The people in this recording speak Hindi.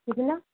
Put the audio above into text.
कितना